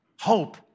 Hope